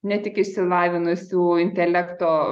ne tik išsilavinusių intelekto